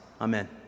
Amen